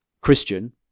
Christian